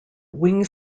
wing